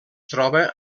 troba